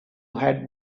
had